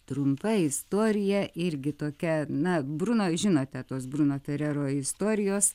trumpa istorija irgi tokia na bruno žinote tos bruno ferero istorijos